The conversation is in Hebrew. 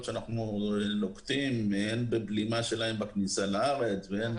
שאנחנו נוקטים הן בבלימה שלהם בכניסה לארץ והן